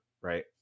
right